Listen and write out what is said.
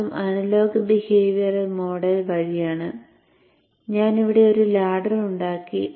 അതും analogue behavioural model വഴിയാണ് ഞാൻ ഇവിടെ ഒരു ലാഡ്ഡർ ഉണ്ടാക്കി